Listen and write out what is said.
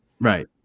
right